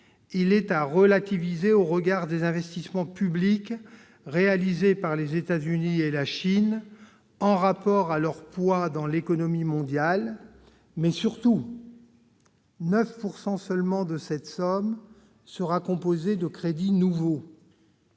il est à relativiser, au regard des investissements publics réalisés par les États-Unis et la Chine en rapport à leur poids dans l'économie mondiale. Mais, surtout, 9 % seulement de cette somme sera composée de crédits nouveaux.